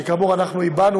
כאמור אנחנו הבענו,